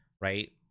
right